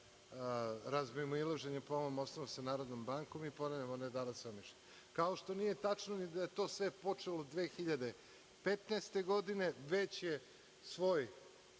razmimoilaženja po ovom osnovu sa Narodnom bankom i ponavljam, ona je dala svoja mišljenja. Kao što nije tačno ni da je to sve počelo 2015. godine, već je svoj